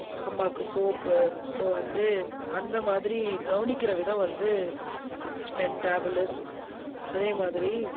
அம்மாவுக்கு சோப்பு சோ வந்து அந்த மாதிரி கவனிக்கிற விதம் வந்து ஸ்பெண்டபுலஸ் அதே மாதிரி